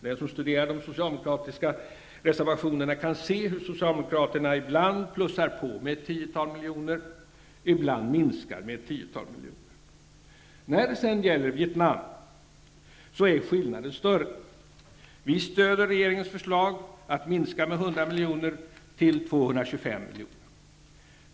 Den som studerar de socialdemokratiska reservationerna kan se hur Socialdemokraterna ibland plussar på med ett tiotal miljoner, ibland minskar med ett tiotal miljoner. När det sedan gäller Vietnam är skillnaden större. Vi stöder regeringens förslag att minska med 100 miljoner till 225 miljoner.